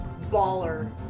Baller